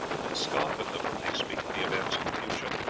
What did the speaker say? and scoff at them when they speak of the events of the future